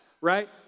right